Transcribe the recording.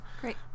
Great